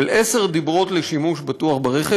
של עשרת הדיברות לשימוש בטוח ברשת.